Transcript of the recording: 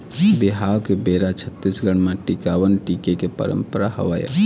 बिहाव के बेरा छत्तीसगढ़ म टिकावन टिके के पंरपरा हवय